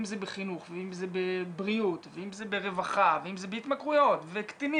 אם זה בחינוך ואם זה בבריאות ואם זה ברווחה ואם זה בהתמכרויות וקטינים,